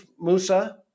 Musa